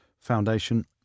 Foundation